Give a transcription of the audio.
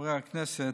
חברי הכנסת,